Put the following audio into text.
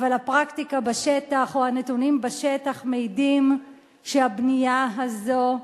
אבל הפרקטיקה בשטח או הנתונים בשטח מעידים שהבנייה הזו,